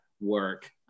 work